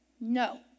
No